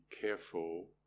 careful